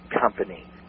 company